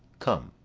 come,